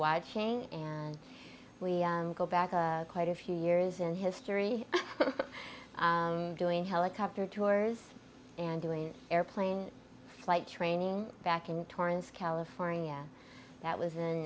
watching we go back quite a few years in history doing helicopter tours and doing airplane flight training back in torrance california that was in